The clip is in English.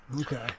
Okay